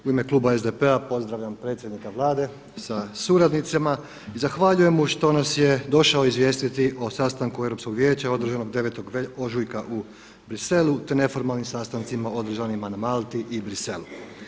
U ime kluba SDP-a pozdravljam predsjednika Vlade sa suradnicima i zahvaljujem mu što nas je došao izvijestiti o sastanku Europskog vijeća održanog 9. ožujka u Bruxellesu te neformalnim sastancima održanim na Malti i Bruxellesu.